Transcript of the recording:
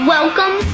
Welcome